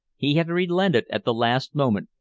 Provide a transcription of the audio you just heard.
he had relented at the last moment,